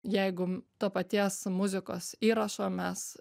jeigu to paties muzikos įrašo mes